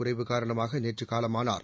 குறைவு காரணமாகநேற்றுகாலமானார்